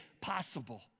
possible